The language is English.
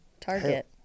Target